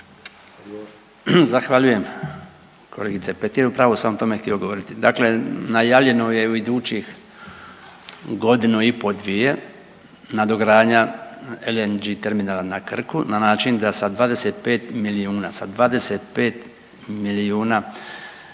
Zahvaljujem kolegice Petir. Upravo sam o tome htio govoriti. Dakle najavljeno je u idući godinu i po, dvije nadogradnja LNG terminala na Krku na način da sa 25 milijuna, sa 25 milijuna